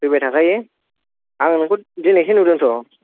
फैबाय थाखायो आं नोंखौ दोनैसो नुदों थ'